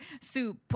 soup